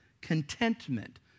contentment